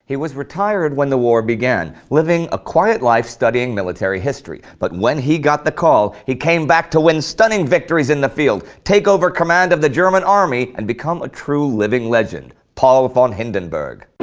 he was retired when the war began, living a quiet life studying military history, but when he got the call, he came back to win stunning victories in the field, take over command of the german army, and become a true living legend. paul von hindenburg.